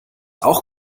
auch